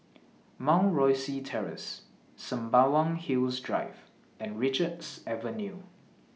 Mount Rosie Terrace Sembawang Hills Drive and Richards Avenue